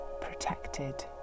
protected